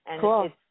Cool